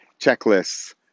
checklists